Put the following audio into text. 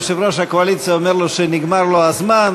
יושב-ראש הקואליציה אומר לו שנגמר לו הזמן,